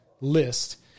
list